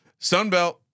Sunbelt